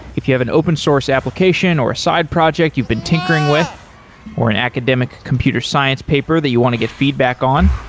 if you have an open source application or a side project you've been tinkering with or an academic computer science paper that you want to get feedback on,